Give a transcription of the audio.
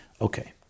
Okay